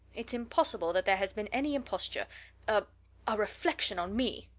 it's impossible that there has been any imposture a a reflection on me!